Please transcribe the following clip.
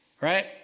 right